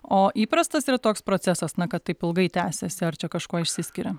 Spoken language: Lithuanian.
o įprastas yra toks procesas na kad taip ilgai tęsiasi ar čia kažkuo išsiskiria